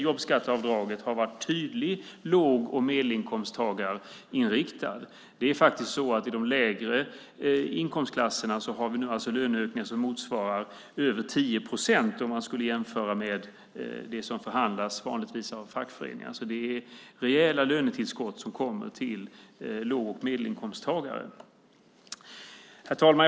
Jobbskatteavdraget har varit tydligt inriktat på låg och medelinkomsttagare. I de lägre inkomstklasserna har vi nu löneökningar som motsvarar över 10 procent om man skulle jämföra med det som vanligtvis förhandlas av fackföreningar. Så det är rejäla lönetillskott som kommer till låg och medelinkomsttagare. Herr talman!